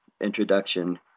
introduction